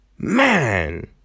Man